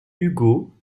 ugo